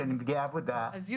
שנפגעי עבודה --- אז,